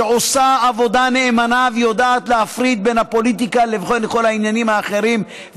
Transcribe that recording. שעושה עבודה נאמנה ויודעת להפריד בין הפוליטיקה לכל העניינים האחרים,